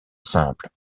simple